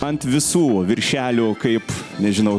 ant visų viršelių kaip nežinau